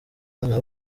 abana